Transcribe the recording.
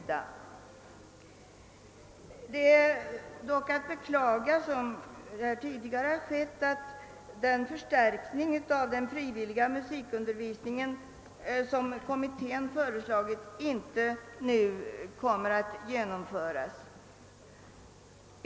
Det är dock att beklaga att, såsom tidigare påtalats, den förstärkning av den frivilliga musikundervisningen som musikutbildningskommittén föreslagit inte nu kommer att genomföras.